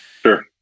Sure